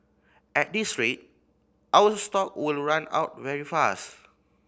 at this rate our stock will run out very fast